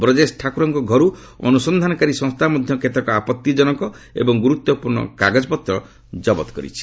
ବ୍ରଜେଶ୍ ଠାକୁରଙ୍କ ଘରୁ ଅନୁସନ୍ଧାନକାରୀ ସଂସ୍ଥା ମଧ୍ୟ କେତେକ ଆପଭିଜନକ ଏବଂ ଗୁରୁତ୍ୱପୂର୍ଣ୍ଣ କାଗଜପତ୍ର ଜବତ କରିଛି